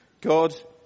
God